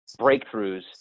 breakthroughs